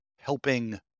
helping